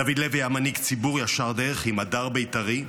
דוד לוי היה מנהיג ציבור ישר דרך עם הדר בית"רי.